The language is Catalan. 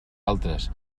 altres